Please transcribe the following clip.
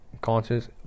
conscious